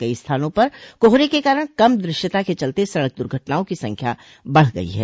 कई स्थानों पर कोहरे के कारण कम दृश्यता के चलते सड़क द्र्घटनाओं की संख्या बढ़ गई है